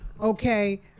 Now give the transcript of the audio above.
okay